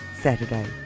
Saturday